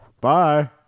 Bye